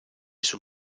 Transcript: sul